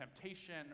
temptation